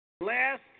Last